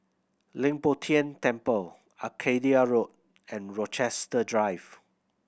Leng Poh Tian Temple Arcadia Road and Rochester Drive